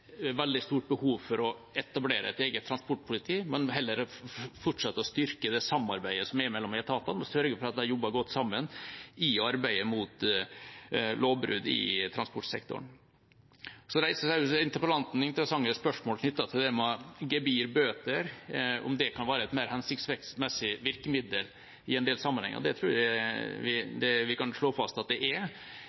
eget transportpoliti, men heller at man fortsetter å styrke det samarbeidet som er mellom etatene og sørger for at de jobber godt sammen i arbeidet mot lovbrudd i transportsektoren. Så reiser interpellanten interessante spørsmål knyttet til gebyr og bøter, og om det kan være et mer hensiktsmessig virkemiddel i en del sammenhenger. Det tror jeg vi kan slå fast at det er.